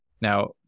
Now